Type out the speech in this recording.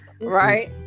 Right